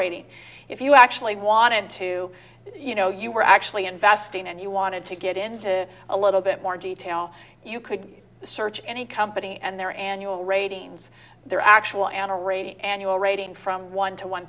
rating if you actually wanted to you know you were actually investing and you wanted to get into a little bit more detail you could search any company and their annual ratings their actual an a rating annual rating from one to one